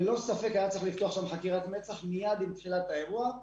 ללא ספק היה צריך לפתוח חקירת מצ"ח מיד עם תחילת האירוע.